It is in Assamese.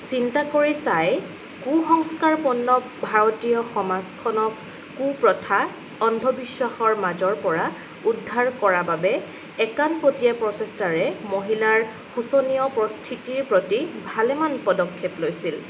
চিন্তা কৰি চাই কু সংস্কাৰপন্ন ভাৰতীয় সমাজখনক কু প্ৰথা অন্ধবিশ্বাসৰ মাজৰ পৰা উদ্ধাৰ কৰা বাবে একাণপতীয়া প্ৰচেষ্টাৰে মহিলাৰ শোচনীয় পৰিস্থিতিৰ প্ৰতি ভালেমান পদক্ষেপ লৈছিল